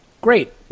Great